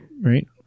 Right